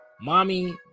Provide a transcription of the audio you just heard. Mommy